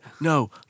no